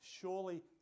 surely